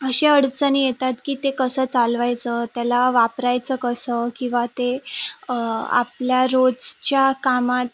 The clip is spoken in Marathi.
अश्या अडचणी येतात की ते कसं चालवायचं त्याला वापरायचं कसं किंवा ते आपल्या रोजच्या कामात